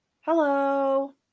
Hello